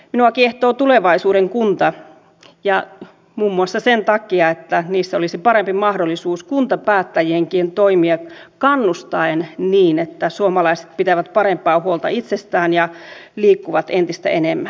minua kiehtoo tulevaisuuden kunta muun muassa sen takia että silloin olisi parempi mahdollisuus kuntapäättäjienkin toimia kannustaen niin että suomalaiset pitävät parempaa huolta itsestään ja liikkuvat entistä enemmän